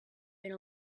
been